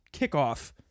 kickoff